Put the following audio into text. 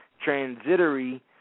transitory